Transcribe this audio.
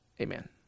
amen